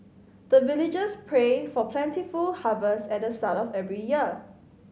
the villagers pray for plentiful harvest at the start of every year